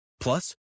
Plus